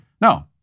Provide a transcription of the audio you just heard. No